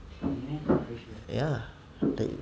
ya !duh!